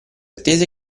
attese